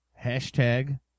hashtag